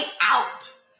out